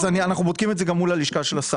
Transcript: אז אנחנו בודקים את זה גם מול לשכת השר.